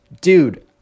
dude